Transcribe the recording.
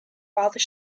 rather